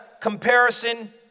comparison